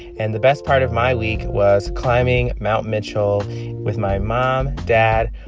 and the best part of my week was climbing mount mitchell with my mom, dad,